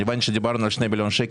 אני יודע שדיברנו על 2 מיליון שקל.